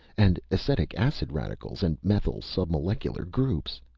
and acetic-acid radicals and methyl submolecular groups.